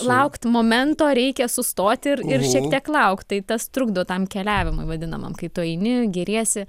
laukt momento reikia sustot ir ir šiek tiek laukt tai tas trukdo tam keliavimui vadinamam kai tu eini giriesi